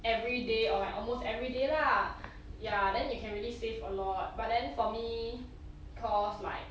everyday or like almost everyday lah ya then you can really save a lot but then for me cause like